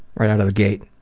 right out of the gate,